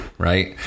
right